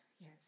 yes